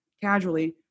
casually